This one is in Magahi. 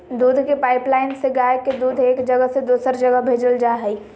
दूध के पाइपलाइन से गाय के दूध एक जगह से दोसर जगह भेजल जा हइ